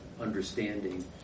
understanding